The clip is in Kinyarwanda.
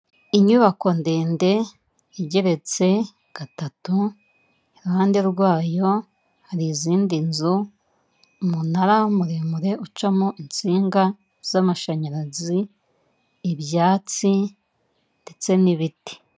Inyubako ndende igeretse gatatu iruhande rwayo hari izindi nzu, umunara muremure ucamo insinga z'amashanyarazi, ibyatsi ndetse n'ibiti.